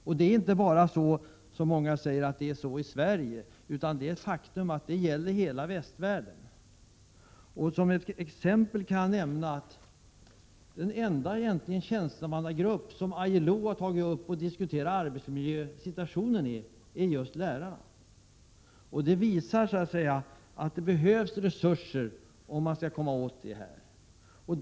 Så är det inte bara i Sverige, utan det är ett faktum att detta gäller i hela västvärlden. Som exempel kan jag nämna att den enda tjänstemannagrupp vars arbetssituation ILO har tagit upp till diskussion är just lärarna. Det visar att det behövs resurser för att komma åt problemen.